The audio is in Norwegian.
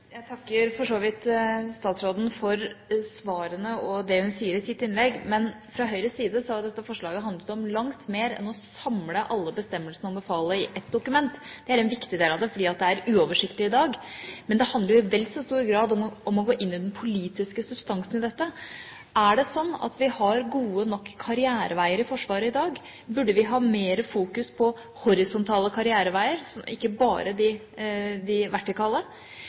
Jeg takker for så vidt statsråden for svarene og det hun sier i sitt innlegg. Fra Høyres side har jo dette forslaget handlet om langt mer enn å samle alle bestemmelsene om befalet i ett dokument – det er en viktig del av det, fordi det er uoversiktlig i dag – det handler i vel så stor grad om å gå inn i den politiske substansen i dette. Er det sånn at vi har gode nok karriereveier i Forsvaret i dag? Burde vi ha mer fokus på horisontale karriereveier, ikke bare de vertikale?